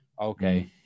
okay